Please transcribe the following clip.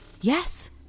yes